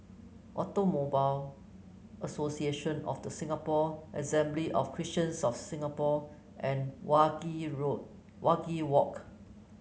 Automobile Association of The Singapore Assembly of Christians of Singapore and Wajek Road Wajek Walk